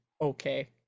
okay